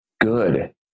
Good